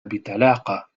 بطلاقة